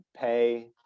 pay